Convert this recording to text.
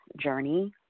journey